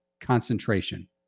concentration